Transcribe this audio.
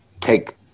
take